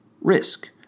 risk